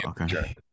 okay